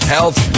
Health